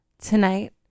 tonight